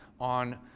on